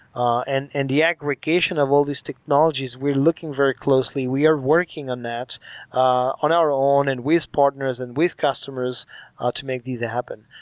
and and the aggregation of all these technologies we're looking very closely. we are working on that's ah on our own and with partners and with customers ah to make these happen.